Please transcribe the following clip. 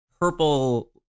purple